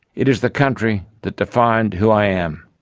it is the country that defined who i am,